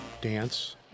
dance